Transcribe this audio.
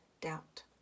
doubt